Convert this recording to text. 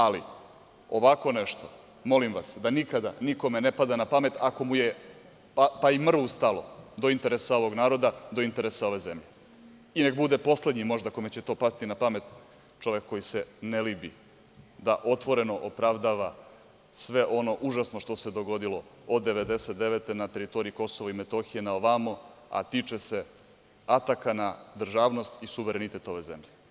Ali, ovako nešto, molim vas, da nikada nikome ne pada na pamet ako mu je, pa i mrvu stalo do interesa ovog naroda, do interesa ove zemlje i nek bude poslednji možda kome će to pasti na pamet, čovek koji se ne libi da otvoreno opravdava sve ono užasno što se dogodilo od 1999. godina na teritoriji KiM na ovamo, a tiče se ataka na državnost i suverenitet ove zemlje.